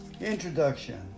Introduction